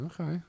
Okay